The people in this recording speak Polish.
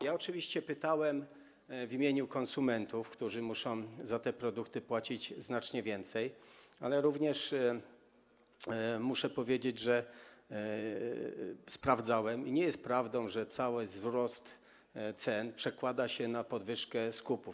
Jak oczywiście pytałem o to w imieniu konsumentów, którzy muszą za te produkty płacić znacznie więcej, ale również, muszę powiedzieć, sprawdzałem to, i nie jest prawdą, że cały ten wzrost cen przekłada się na podwyżkę cen skupu.